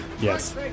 Yes